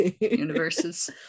universes